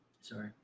Sorry